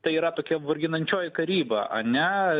tai yra tokia varginančioji karyba ane